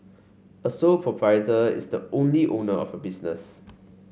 a sole proprietor is the only owner of a business